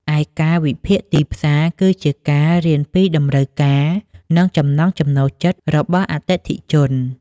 ឯការវិភាគទីផ្សារ គឺជាការរៀនពីតម្រូវការ និងចំណង់ចំណូលចិត្តរបស់អតិថិជន។